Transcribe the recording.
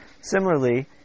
Similarly